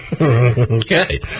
Okay